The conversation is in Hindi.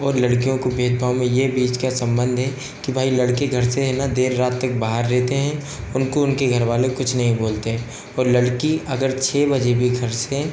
और लड़कियों को भेदभाव में यह बीच का सम्बंध है कि भाई लड़के घर से है ना देर रात तक बाहर रहते हैं उनको उनके घरवाले कुछ नहीं बोलते हैं और लड़की अगर छ बजे भी घर से